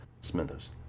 Smithers